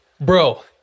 Bro